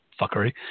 fuckery